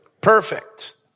Perfect